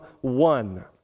one